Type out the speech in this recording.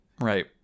right